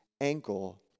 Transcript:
ankle